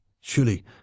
Surely